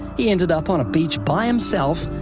he ended up on a beach by himself,